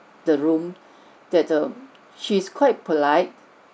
the room that err she's quite polite